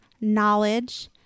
knowledge